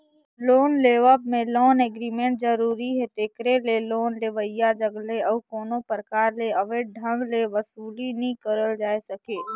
loan लेवब में loan agreement जरूरी हे तेकरे ले लोन लेवइया जग ले अउ कोनो परकार ले अवैध ढंग ले बसूली नी करल जाए सके